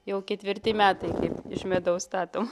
jau ketvirti metai kaip iš medaus statom